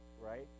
right